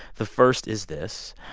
the first is this.